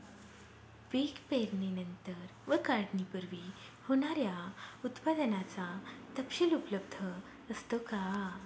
पीक पेरणीनंतर व काढणीपूर्वी होणाऱ्या उत्पादनाचा तपशील उपलब्ध असतो का?